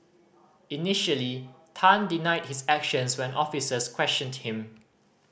initially Tan denied his actions when officers questioned him